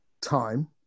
time